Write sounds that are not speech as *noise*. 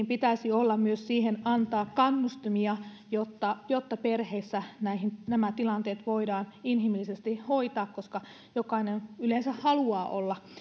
*unintelligible* pitäisi olla myös siihen antaa kannustimia jotta jotta perheissä nämä tilanteet voidaan inhimillisesti hoitaa koska jokainen yleensä haluaa olla